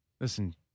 Listen